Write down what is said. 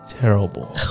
Terrible